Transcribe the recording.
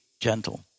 gentle